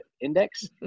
index